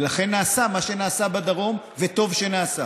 לכן נעשה מה שנעשה בדרום, וטוב שנעשה.